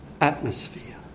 atmosphere